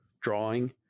drawing